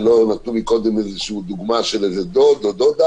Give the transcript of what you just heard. ונתנו מקודם איזושהי דוגמה של איזה דוד או דודה